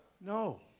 No